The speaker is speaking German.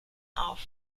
auf